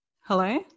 Hello